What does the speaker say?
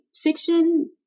fiction